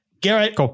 Garrett